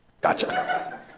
gotcha